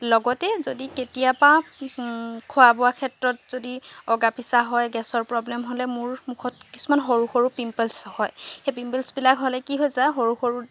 লগতে যদি কেতিয়াবা খোৱা বোৱা ক্ষেত্ৰত যদি অগা পিছা হয় গেছৰ প্ৰব্লেম হ'লে মোৰ মুখত কিছুমান সৰু সৰু পিম্পলছ হয় সেই পিম্পলছবিলাক হ'লে কি হয় যায় সৰু সৰু